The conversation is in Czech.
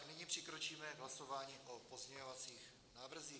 Nyní přikročíme k hlasování o pozměňovacích návrzích.